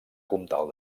comtal